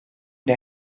der